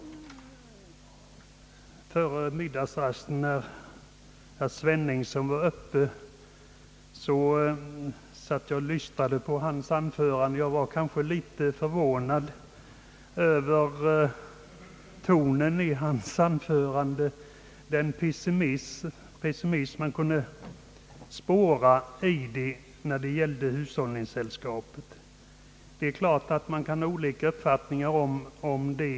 När jag före middagsrasten lyssnade till herr Sveningsson var jag kanske litet förvånad över tonen i hans anförande och den pessimism som där kunde spåras då det gällde hushållningssällskapen. Naturligtvis kan man ha olika uppfattningar på den punkten.